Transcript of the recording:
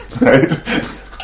right